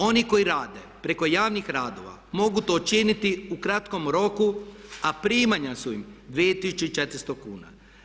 Oni koji rade preko javnih radova mogu to činiti u kratkom roku a primanja su im 2400 kuna.